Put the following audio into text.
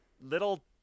little